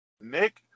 Nick